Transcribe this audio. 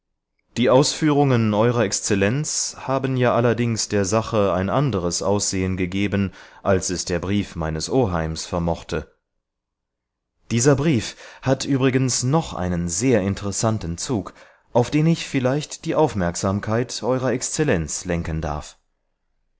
die ausführungen eurer exzellenz haben ja allerdings der sache ein anderes aussehen gegeben als es der brief meines oheims vermochte dieser brief hat übrigens noch einen sehr interessanten zug auf den ich vielleicht die aufmerksamkeit eurer exzellenz lenken darf